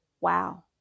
Wow